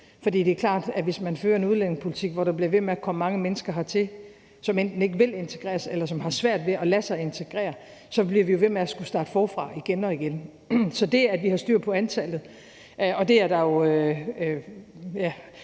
for det er klart, at hvis man fører en udlændingepolitik, hvor der bliver ved med at komme mange mennesker hertil, som enten ikke vil integreres, eller som har svært ved at lade sig integrere, så bliver vi jo ved med at skulle starte forfra igen og igen. Så det handler om, at vi har styr på antallet, og det er der sådan